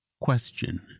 Question